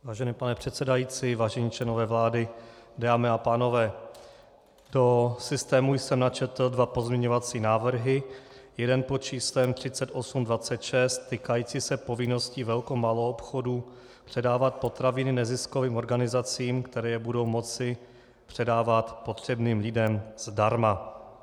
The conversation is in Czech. Vážený pane předsedající, vážení členové vlády, dámy a pánové, do systému jsem načetl dva pozměňovací návrhy, jeden pod číslem 3826 týkající se povinností velkomaloobchodů předávat potraviny neziskovým organizacím, které je budou moci předávat potřebným lidem zdarma.